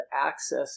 access